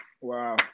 Wow